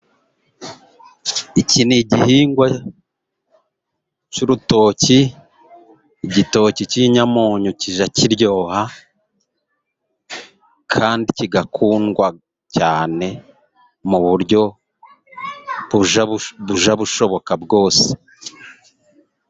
Iki ni igihingwa cy'urutoki, igitoki cy'inyamunyo kijya kiryoha kandi kigakundwa cyane, mu buryo bujya bushoboka bwose.